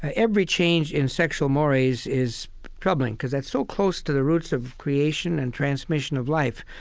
every change in sexual mores is troubling because that's so close to the roots of creation and transmission of life.